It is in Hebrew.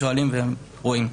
שואלים ורואים.